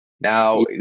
Now